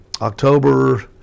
october